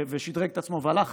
שדרג את עצמו והלך